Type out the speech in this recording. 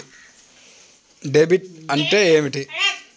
Debit అంటే ఏమిటి?